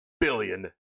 billion